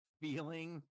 feeling